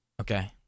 Okay